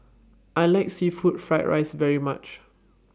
I like Seafood Fried Rice very much